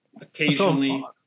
occasionally